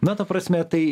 na ta prasme tai